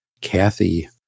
Kathy